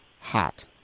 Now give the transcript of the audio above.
hot